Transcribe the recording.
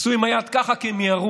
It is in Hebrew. הם עשו לי ביד ככה, כי הם מיהרו.